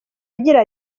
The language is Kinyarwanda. agira